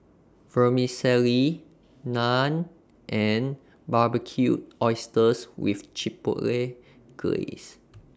Vermicelli Naan and Barbecued Oysters with Chipotle Glaze